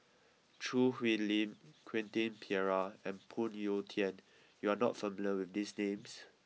Choo Hwee Lim Quentin Pereira and Phoon Yew Tien you are not familiar with these names